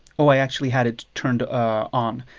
ah i actually had it turned ah on,